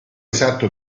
esatto